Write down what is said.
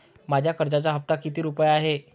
माझ्या कर्जाचा हफ्ता किती रुपये आहे?